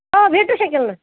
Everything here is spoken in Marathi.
हो भेटू शकेल ना